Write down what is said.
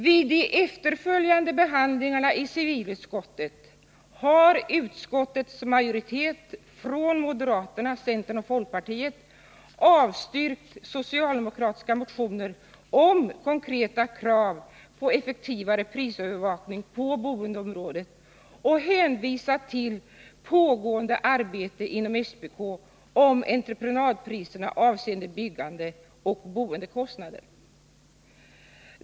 Vid de efterföljande behandlingarna i civilutskottet har utskottets majoritet från moderaterna, centern och folkpartiet avstyrkt socialdemokratiska motioner om konkreta krav på effektivare prisövervakning på boendeområdet och hänvisat till pågående arbete inom SPK om entreprenadpriserna avseende byggande och boendekostnader.